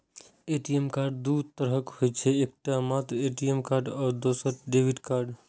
ATM card दू तरहक होइ छै, एकटा मात्र ए.टी.एम कार्ड आ दोसर डेबिट कार्ड